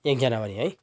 एक जनवरी है